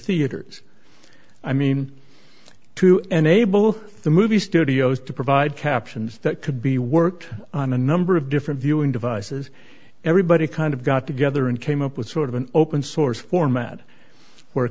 theaters i mean to enable the movie studios to provide captions that could be worked on a number of different viewing devices everybody kind of got together and came up with sort of an open source format where